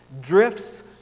drifts